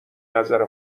نظر